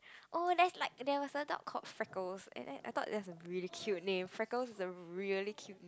oh that's like there was a dog called freckles and and I thought that was a really cute name freckles is a really cute